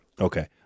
Okay